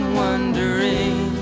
wondering